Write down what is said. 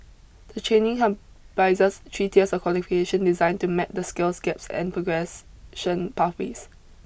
the training comprises three tiers of qualification designed to map the skills gaps and progression pathways